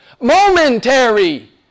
Momentary